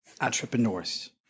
entrepreneurs